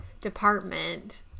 department